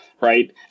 right